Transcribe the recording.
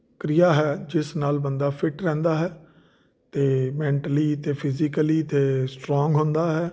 ਕਿਰਿਆ ਹੈ ਜਿਸ ਨਾਲ ਬੰਦਾ ਫਿਟ ਰਹਿੰਦਾ ਹੈ ਅਤੇ ਮੈਂਟਲੀ ਅਤੇ ਫਿਜ਼ੀਕਲੀ ਅਤੇ ਸਟਰੋਂਗ ਹੁੰਦਾ ਹੈ